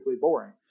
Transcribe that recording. boring